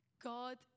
God